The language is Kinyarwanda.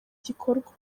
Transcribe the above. gikorwa